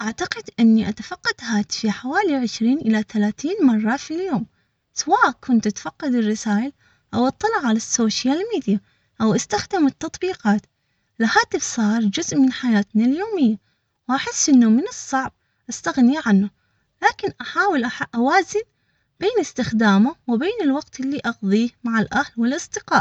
اعتقد اني اتفقد حوالي عشرين الى ثلاثين مرة في اليوم سواء كنت اتفقد الرسايل او اطلع على السوشيال ميديا او استخدموا التطبيقات الهاتف صار جزء من حياتنا اليومية واحس انه من الصعب استغني عنه لكن احاول اوازن بين استخدامه وبين الوقت اللي اقضيه مع الاهل والاصدقاء.